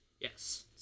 yes